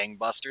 gangbusters